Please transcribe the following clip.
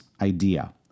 idea